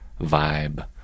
vibe